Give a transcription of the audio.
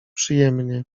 przyjemnie